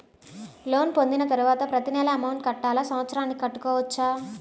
Loan పొందిన తరువాత ప్రతి నెల అమౌంట్ కట్టాలా? సంవత్సరానికి కట్టుకోవచ్చా?